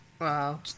wow